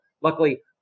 luckily